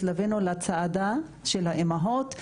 התלווינו לצעדה של האימהות,